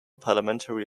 parliamentary